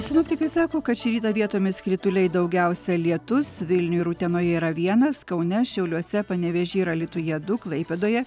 sinoptikai sako kad šį rytą vietomis krituliai daugiausia lietus vilniuj ir utenoje yra vienas kaune šiauliuose panevėžy ir alytuje du klaipėdoje